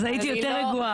אז הייתי יותר רגועה.